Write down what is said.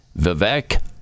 vivek